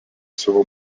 savo